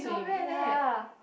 swim ya